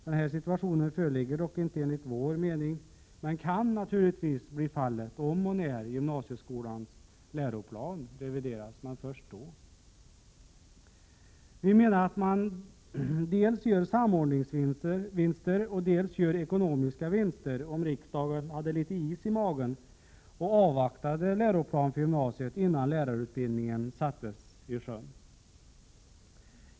Denna situation föreligger dock inte enligt vår mening men kan naturligtvis bli verklighet om och när gymnasieskolans läroplan revideras, men först då. Vi menar att man dels gör samordningsvinster, dels gör ekonomiska vinster om riksdagen hade litet is i magen och avvaktade läroplan för gymnasiet innan lärarutbildningen sattes i sjön.